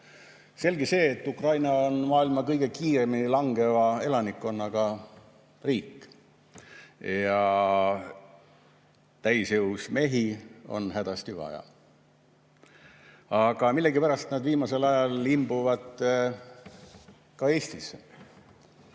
Selge see, et Ukraina on maailma kõige kiiremini langeva elanikkonnaga riik. Ja täisjõus mehi on hädasti vaja. Aga millegipärast nad viimasel ajal imbuvad ka Eestisse.